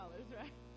right